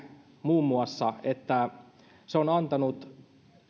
muun muassa että